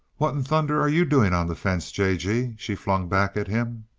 what in thunder are you doing on the fence, j. g? she flung back at him.